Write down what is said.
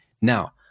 now